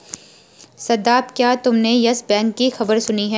शादाब, क्या तुमने Yes Bank की खबर सुनी है?